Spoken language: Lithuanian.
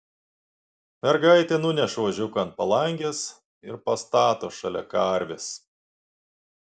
mergaitė nuneša ožiuką ant palangės ir pastato šalia karvės